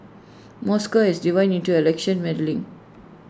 Moscow has denied any election meddling